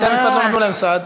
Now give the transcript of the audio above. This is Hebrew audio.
בתי-המשפט לא נתנו להם סעד?